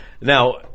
Now